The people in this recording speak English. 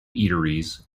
eateries